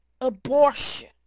Abortion